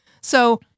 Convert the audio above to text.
So-